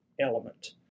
element